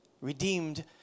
Redeemed